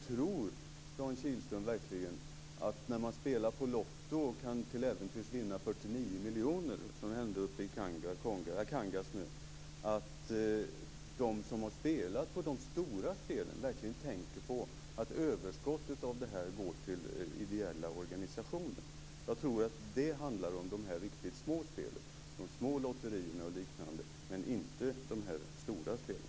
Tror Dan Kihlström verkligen att de som spelar på Lotto och till äventyrs kan vinna upp till 49 miljoner, som ju hände i Kangas nu, tänker på att överskottet går till ideella organisationer? Det handlar i så fall om de riktigt små spelen, men inte om de stora spelen.